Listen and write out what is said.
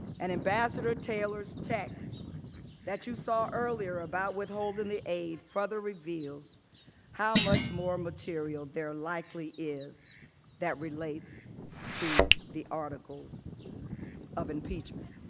and ambassador taylors text that you saw earlier about withholding aid further revealed how much more material there likely is that relates to the articles of impeachment.